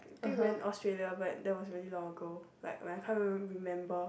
think we went Australia but that was really long ago like when I can't even remember